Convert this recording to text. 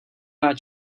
rád